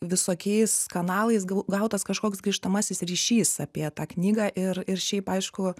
visokiais kanalais gau gautas kažkoks grįžtamasis ryšys apie tą knygą ir ir šiaip aišku